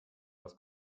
was